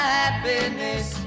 happiness